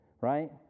right